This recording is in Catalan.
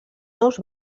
nous